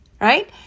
Right